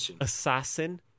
Assassin